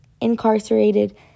incarcerated